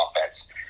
offense